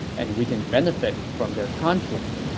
and we can benefit from their conflict.